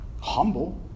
Humble